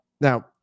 Now